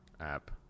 app